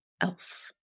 else